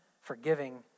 forgiving